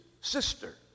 sister